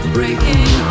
Breaking